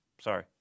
Sorry